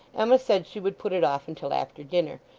emma said she would put it off until after dinner,